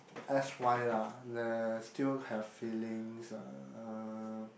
S_Y lah err still have feelings uh